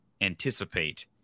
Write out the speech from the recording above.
anticipate